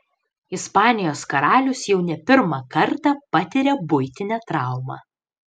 ispanijos karalius jau ne pirmą kartą patiria buitinę traumą